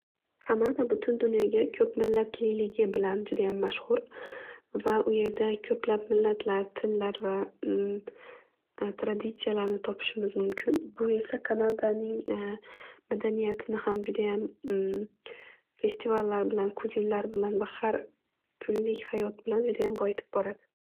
Kanada butun dunyoga ko'p millatliligi bilan mashhur. Va u yerda ko'plab millatlar tillar va traditsiyalarni topishimiz mumkin. Bu esa Kanadaning madaniyatini ham judayam festivallar bilan kuzinlar bilan har kunlik hayot bilan judayam boyitib boradi.